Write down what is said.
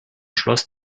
schloss